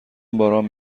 باران